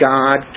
God